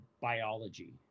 biology